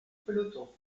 peloton